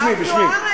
בשמי, בשמי.